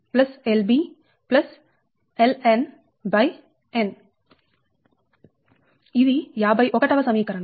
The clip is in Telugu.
Lnn ఇది 51 వ సమీకరణం